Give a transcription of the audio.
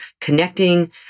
connecting